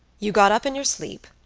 you got up in your sleep,